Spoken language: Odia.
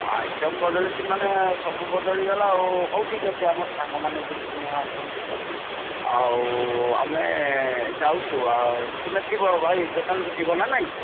ଆଇଟମ ବଦଳିଛି ମାନେ ସବୁ ବଦଳିଗଲା ଆଉ ହଉ ଠିକ ଅଛି ଆମର ସାଙ୍ଗମାନେ ଦୁଇ ତିନି ଜଣ ଆସିଛନ୍ତି ତ ଆଉ ଆମେ ଯାଉଛୁ ଆଉ ତୁମେ ଥିବ ଭାଇ ଦୋକାନରେ ଥିବ ନାଁଁ ନାଁଇ